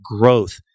growth